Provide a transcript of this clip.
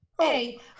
Hey